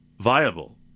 viable